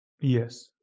Yes